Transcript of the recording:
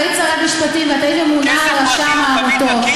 הרי היית שרת משפטים והיית ממונה על רשם העמותות.